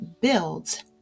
builds